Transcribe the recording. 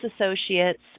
associates